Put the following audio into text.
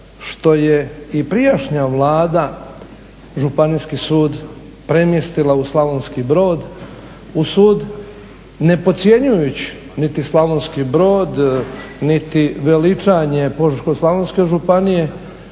što je i prijašnja Vlada županijski sud premjestila u Slavonski Brod, u sud, ne podcjenjujući niti Slavonski Brod niti veličanje Požeško-slavonske županije,